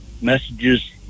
messages